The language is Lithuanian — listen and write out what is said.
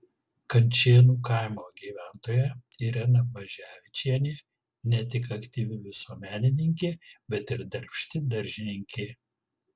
kančėnų kaimo gyventoja irena maževičienė ne tik aktyvi visuomenininkė bet ir darbšti daržininkė